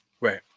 Right